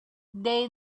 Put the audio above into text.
they